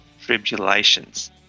tribulations